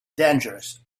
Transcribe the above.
dangerous